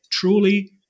Truly